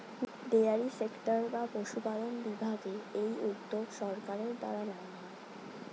dairy sector বা পশুপালন বিভাগে এই উদ্যোগ সরকারের দ্বারা নেওয়া হয়